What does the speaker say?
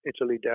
Italy